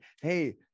hey